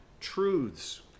truths